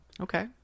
Okay